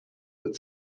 but